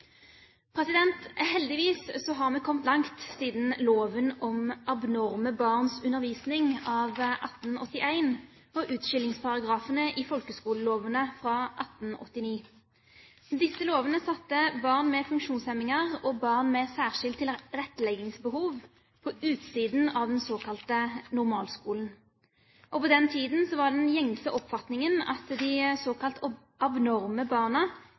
Heldigvis har vi kommet langt siden loven om «Abnorme børns undervisning» av 1881 og utskillingsparagrafene i folkeskolelovene fra 1889. Disse lovene satte barn med funksjonshemninger og barn med særskilt tilretteleggingsbehov på utsiden av den såkalte normalskolen. På den tiden var den gjengse oppfatningen at de såkalte abnorme barna